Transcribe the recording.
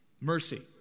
mercy